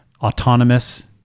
autonomous